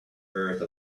earth